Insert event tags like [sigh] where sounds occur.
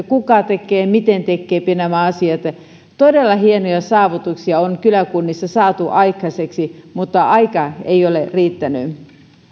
[unintelligible] kuka tekee ja miten tekee nämä asiat niin siinä on mennyt monestikin aikaa todella hienoja saavutuksia on kyläkunnissa saatu aikaiseksi mutta aika ei ole riittänyt